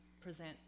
present